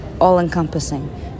all-encompassing